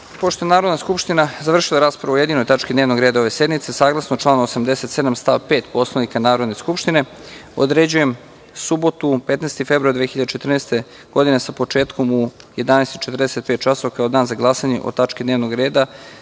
je Narodna skupština završila raspravu o jedinoj tački dnevnog reda ove sednice, saglasno članu 87. stav 5. Poslovnika Narodne skupštine, određujem subotu, 15. februar 2014. godine sa početkom u 11:45 časova kao dan za glasanje o tački dnevnog reda,